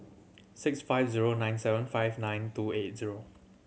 six five zero nine seven five nine two eight zero